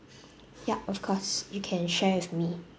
ya of course you can share with me